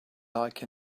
like